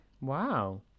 Wow